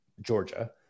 Georgia